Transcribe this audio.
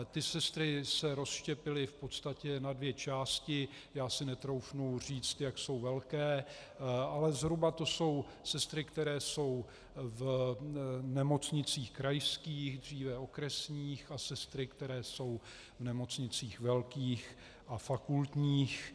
Ty sestry se rozštěpily v podstatě na dvě části, já si netroufnu říct, jak jsou velké, ale zhruba to jsou sestry, které jsou v nemocnicích krajských, dříve okresních, a sestry, které jsou v nemocnicích velkých a fakultních.